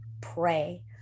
pray